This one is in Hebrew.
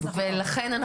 לכן,